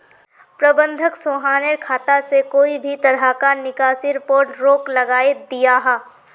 प्रबंधक सोहानेर खाता से कोए भी तरह्कार निकासीर पोर रोक लगायें दियाहा